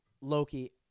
Loki